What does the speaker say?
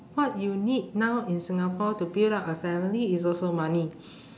what you need now in singapore to build up a family is also money